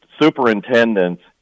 superintendents